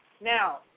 Now